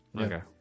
Okay